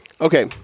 Okay